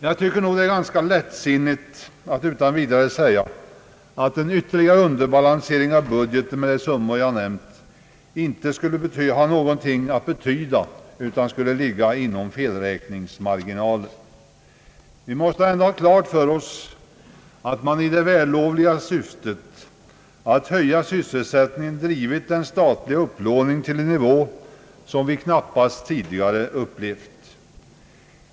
Jag tycker nog att det är ganska lättsinnigt att utan vidare säga att en underbalansering av budgeten med de summor jag nämnt inte skulle ha någonting att betyda utan ligga inom felräkningsmarginalen. Vi måste ändå ha klart för oss att man i det vällovliga syftet att höja sysselsättningen drivit den statliga upplåningen till en nivå som vi knappast tidigare upplevt.